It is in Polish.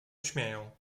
śmieją